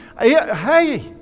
Hey